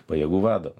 pajėgų vado